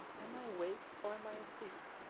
am i awake, or am i asleep?